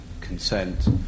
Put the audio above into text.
consent